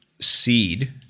seed